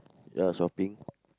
ya shopping